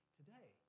today